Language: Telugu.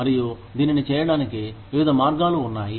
మరియు దీనిని చేయడానికి వివిధ మార్గాలు ఉన్నాయి